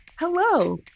Hello